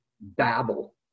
babble